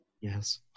Yes